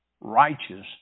Righteous